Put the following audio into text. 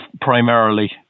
primarily